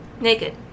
Naked